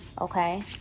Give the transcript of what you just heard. Okay